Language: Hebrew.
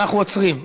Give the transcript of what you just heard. אנחנו עוצרים.